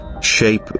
Shape